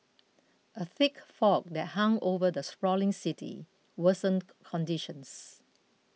a thick fog that hung over the sprawling city worsened conditions